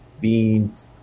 beans